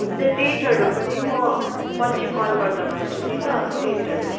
हुन्छ डेटहरू पनि म पछि कल गर्दा भन्छु नि ल डेटहरू